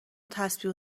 تسبیح